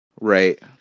Right